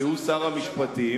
שהוא שר המשפטים,